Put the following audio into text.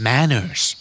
Manners